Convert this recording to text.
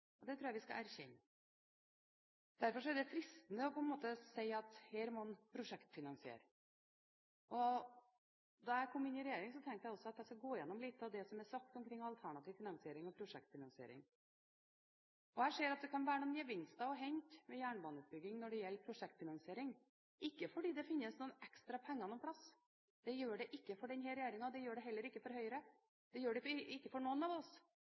veg. Det tror jeg vi skal erkjenne. Derfor er det fristende å si at her må man prosjektfinansiere. Da jeg kom inn i regjeringen, tenkte jeg også at jeg skulle gå igjennom litt av det som var blitt sagt omkring alternativ finansiering og prosjektfinansiering. Jeg ser at det kan være noen gevinster å hente ved jernbaneutbygging når det gjelder prosjektfinansiering, men ikke fordi det finnes noen ekstra penger noe sted. Det gjør det ikke for denne regjeringen, det gjør det heller ikke for Høyre, det gjør det ikke for noen av oss